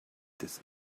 this